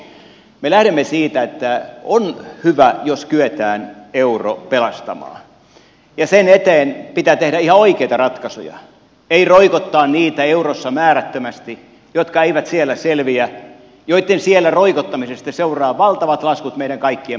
me lähdemme siitä että on hyvä jos kyetään euro pelastamaan ja sen eteen pitää tehdä ihan oikeita ratkaisuja ei roikottaa eurossa määrättömästi niitä jotka eivät siellä selviä ja joitten siellä roikottamisesta seuraavat valtavat laskut meidän kaikkien maksettavaksemme